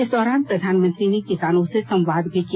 इस दौरान प्रधानमंत्री ने किसानों से संवाद भी किया